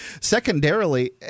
secondarily